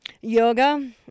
Yoga